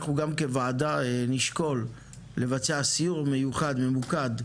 אנחנו גם כוועדה נשקול לבצע סיור מיוחד, ממוקד,